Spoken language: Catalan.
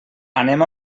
anem